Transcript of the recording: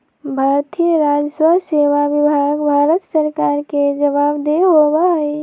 भारतीय राजस्व सेवा विभाग भारत सरकार के जवाबदेह होबा हई